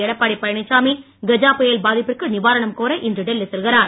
எடப்பாடி பழனிச்சாமி கஜா புயல் பாதிப்பிற்கு நிவாரணம் கோர இன்று டெல்லி செல்கிறார்